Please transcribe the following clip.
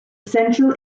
central